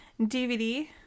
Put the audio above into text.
DVD